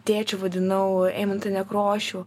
tėčiu vadinau eimantą nekrošių